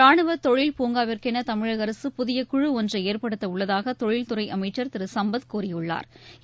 ரானுவ தொழில் பூங்காவிற்கௌ தமிழக அரசு புதிய குழு ஒன்றை ஏற்படுத்த உள்ளதாக தொழில்துறை அமைச்சா் திரு சம்பத் கூறியுள்ளாா்